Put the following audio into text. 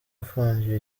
afungiwe